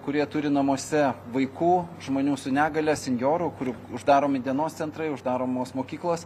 kurie turi namuose vaikų žmonių su negalia senjorų kur uždaromi dienos centrai uždaromos mokyklos